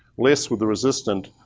less with the resistant.